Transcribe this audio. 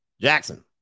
Jackson